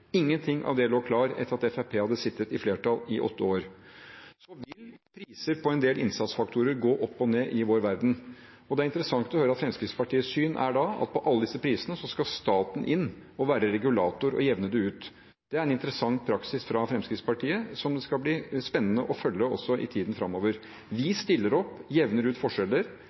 Ingenting av det lå klart etter at Fremskrittspartiet hadde sittet i flertall i åtte år. Så vil priser på en del innsatsfaktorer gå opp og ned i vår verden, og det er interessant å høre at Fremskrittspartiets syn da er at når det gjelder alle disse prisene, skal staten inn og være regulator og jevne det ut. Det er en interessant praksis fra Fremskrittspartiet, som det skal bli spennende å følge også i tiden framover. Vi stiller opp og jevner ut forskjeller.